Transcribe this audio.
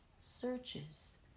searches